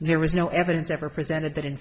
there was no evidence ever presented that in